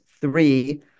three